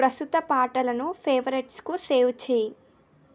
ప్రస్తుత పాటలను ఫేవరెట్స్కు సేవ్ చెయ్యి